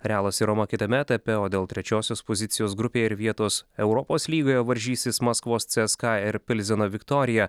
realas ir romą kitame etape o dėl trečiosios pozicijos grupėje ir vietos europos lygoje varžysis maskvos cska ir pilzeno viktorija